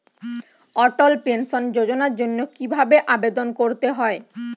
অটল pension যোজনার জন্য কি ভাবে আবেদন করতে হয়?